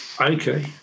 Okay